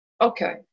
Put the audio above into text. Okay